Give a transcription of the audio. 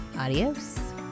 Adios